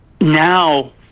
Now